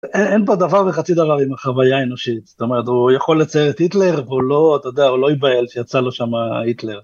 אין פה דבר וחצי דבר עם החוויה האנושית זאת אומרת הוא יכול לצייר את היטלר והוא לא אתה יודע הוא לא ייבהל שיצא לו שמה היטלר.